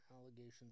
allegations